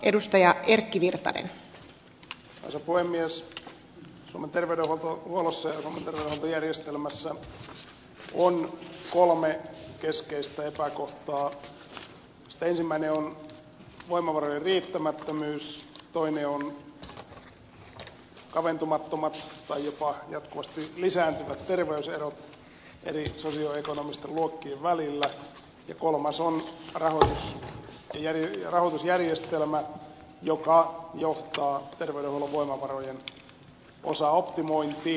suomen terveydenhuollossa ja suomen terveydenhuoltojärjestelmässä on kolme keskeistä epäkohtaa joista ensimmäinen on voimavarojen riittämättömyys toinen on kaventumattomat tai jopa jatkuvasti lisääntyvät terveyserot eri sosio ekonomisten luokkien välillä ja kolmas on rahoitusjärjestelmä joka johtaa terveydenhuollon voimavarojen osaoptimointiin